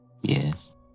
Yes